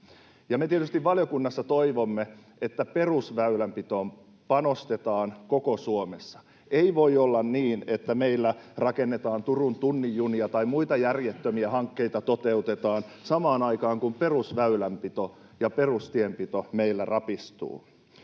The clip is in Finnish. Me tietysti valiokunnassa toivomme, että perusväylänpitoon panostetaan koko Suomessa. Ei voi olla niin, että meillä rakennetaan Turun tunnin junia tai muita järjettömiä hankkeita toteutetaan samaan aikaan, kun perusväylänpito ja perustienpito meillä rapistuvat.